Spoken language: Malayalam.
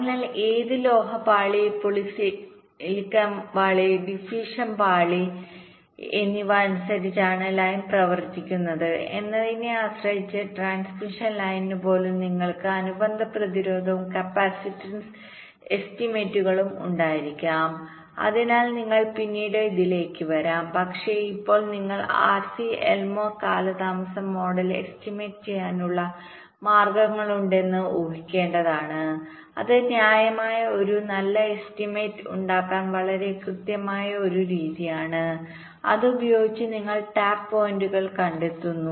അതിനാൽ ഏത് ലോഹ പാളി പോളിസിലിക്കൺ പാളി ഡിഫ്യൂഷൻ പാളി metal layer polysilicon layer diffusion layerഎന്നിവ അനുസരിച്ചാണ് ലൈൻ പ്രവർത്തിക്കുന്നത് എന്നതിനെ ആശ്രയിച്ച് ട്രാൻസ്മിഷൻ ലൈനിന്പോലും നിങ്ങൾക്ക് അനുബന്ധ പ്രതിരോധവും കപ്പാസിറ്റൻസ് എസ്റ്റിമേറ്റുകളുംഉണ്ടായിരിക്കാം അതിനാൽ ഞങ്ങൾ പിന്നീട് ഇതിലേക്ക് വരും പക്ഷേ ഇപ്പോൾ നിങ്ങൾ ആർ സി എൽമോർ കാലതാമസം മോഡൽ എസ്റ്റിമേറ്റ് ചെയ്യാനുള്ള മാർഗ്ഗങ്ങളുണ്ടെന്ന് ഊ ഹിക്കേണ്ടതാണ് അത് ന്യായമായ ഒരു നല്ല എസ്റ്റിമേറ്റ് ഉണ്ടാക്കാൻ വളരെ കൃത്യമായ ഒരു രീതിയാണ് അത് ഉപയോഗിച്ച് നിങ്ങൾ ടാപ്പ് പോയിന്റുകൾ കണ്ടെത്തുന്നു